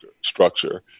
structure